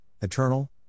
eternal